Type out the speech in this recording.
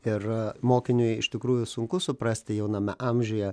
ir mokiniui iš tikrųjų sunku suprasti jauname amžiuje